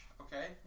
okay